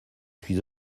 suis